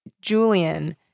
Julian